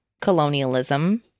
colonialism